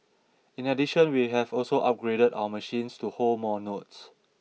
in addition we have also upgraded our machines to hold more notes